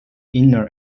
inner